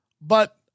But-